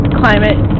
climate